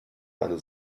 eine